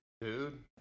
Dude